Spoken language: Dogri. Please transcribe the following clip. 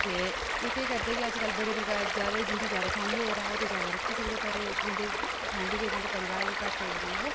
ते एह् केह् करदे के अजकल बड़े प्रकार जैदा जिं'दी फैमली होए तां ओह् जैदा रक्खी सकदे पर जिं'दी फैमली गै जिंदा परिवार गै घट्ट होग तां ओह्